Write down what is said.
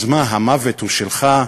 אז מה, המוות הוא שלך?